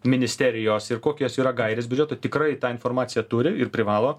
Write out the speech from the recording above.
ministerijos ir kokios yra gairės biudžeto tikrai tą informaciją turi ir privalo